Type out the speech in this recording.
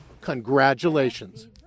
Congratulations